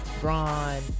Braun